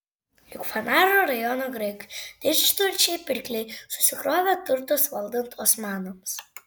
juk fanaro rajono graikai didžturčiai pirkliai susikrovė turtus valdant osmanams